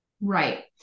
Right